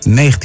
19